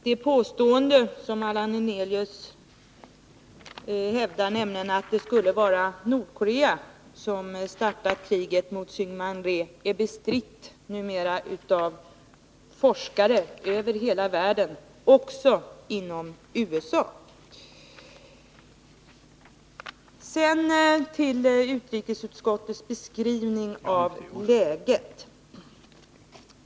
Det påstående som han gör, nämligen att det skulle vara Nordkorea som startade kriget mot Syngman Rhee, är numera bestritt av forskare över hela världen, också i USA. Sedan till utrikesutskottets beskrivning av läget.